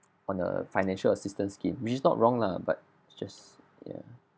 on a financial assistance scheme which is not wrong lah but it's just ya